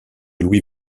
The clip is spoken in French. louis